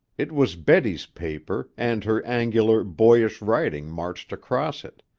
it was betty's paper and her angular, boyish writing marched across it.